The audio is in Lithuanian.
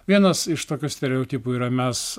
vienas iš tokių stereotipų yra mes